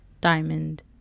Diamond